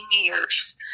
years